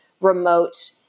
remote